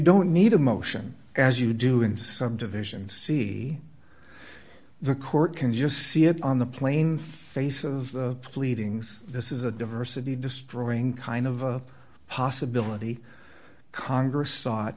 don't need a motion as you do in some division see the court can just see it on the plain face of the pleadings this is a diversity destroying kind of a possibility congress